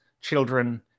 children